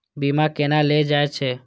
बीमा केना ले जाए छे?